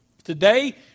Today